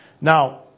Now